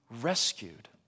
rescued